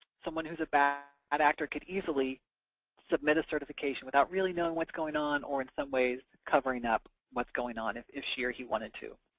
someone who's a bad actor could easily submit a certification without really knowing what's going on, or in some ways covering up what's going on, if if she or he wanted to.